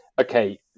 okay